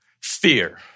fear